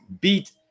beat